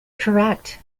correct